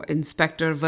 Inspector